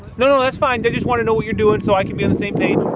no no that's fine they just want to know what you're doing so i can be on the same page